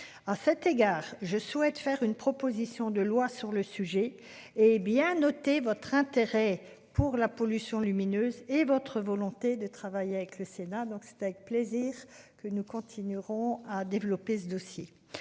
À cet égard je souhaite faire une proposition de loi sur le sujet. Eh bien noté votre intérêt pour la pollution lumineuse et votre volonté de travailler avec le Sénat. Donc, c'est avec plaisir que nous continuerons à développer ce dossier,